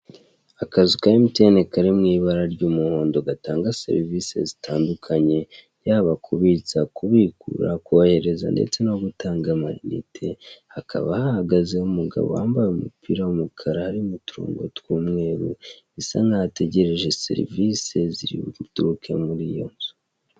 Akazu ka emutiyeni kari mu ibara ry'umuhondo gatanga serivise zitandukanye, yaba kubitsa, kubikura, kohereza ndetse no gutanga amayinite, akaba hahagaze umugabo wambaye umupira w'umukara urimo uturongo tw'umweru, bisa nkaho ategereje serivise ziri buturuke muri iyo nzu.